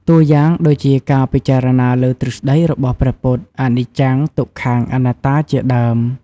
តួយ៉ាងដូចជា ការពិចារណាលើទ្រឹស្ដីរបស់ព្រះពុទ្ធ អនិច្ចំ ទុក្ខំ អនត្តាជាដើម។